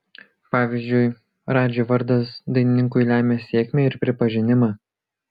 pavyzdžiui radži vardas dainininkui lemia sėkmę ir pripažinimą